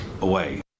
away